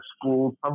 school